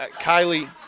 Kylie